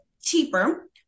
cheaper